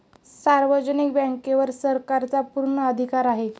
सार्वजनिक बँकेवर सरकारचा पूर्ण अधिकार आहे